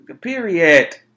period